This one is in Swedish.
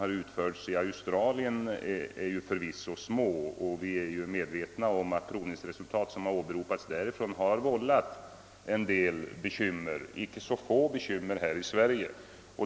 Dessa möjligheter är förvisso små när det gäller de prov som gjorts i Australien, och vi är medvetna om att de provresultat därifrån som åberopats har vållat icke så få bekymmer här i Sverige.